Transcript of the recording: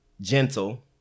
gentle